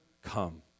come